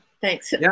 Thanks